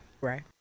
Right